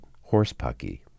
horse-pucky